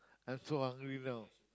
I'm so hungry now